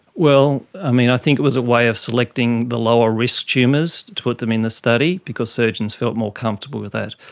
well, ah i think it was a way of selecting the lower risk tumours, to put them in the study, because surgeons felt more comfortable with that.